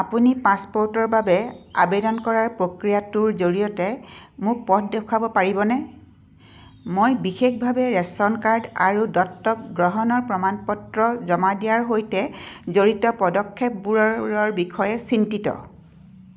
আপুনি পাছপ'ৰ্টৰ বাবে আবেদন কৰাৰ প্ৰক্ৰিয়াটোৰ জৰিয়তে মোক পথ দেখুৱাব পাৰিবনে মই বিশেষভাৱে ৰেচন কাৰ্ড আৰু দত্তক গ্ৰহণৰ প্ৰমাণপত্ৰ জমা দিয়াৰ সৈতে জড়িত পদক্ষেপবোৰৰ বিষয়ে চিন্তিত